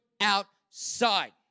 outside